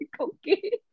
okay